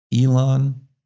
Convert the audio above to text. Elon